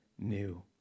new